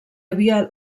havia